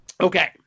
okay